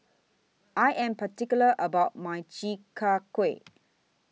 I Am particular about My Chi Kak Kuih